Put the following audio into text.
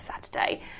saturday